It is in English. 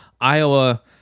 Iowa